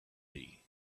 see